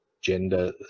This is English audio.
gender